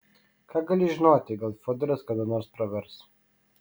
ką gali žinoti gal fiodoras kada nors pravers